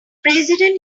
president